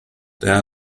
their